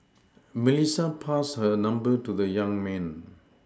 Melissa passed her number to the young man